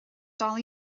dal